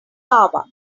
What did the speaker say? lava